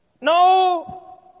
No